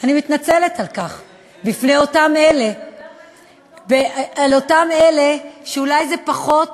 אני מתנצלת על כך בפני אותם אלה שאולי זה פחות